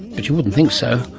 but you wouldn't think so,